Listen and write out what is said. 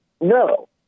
No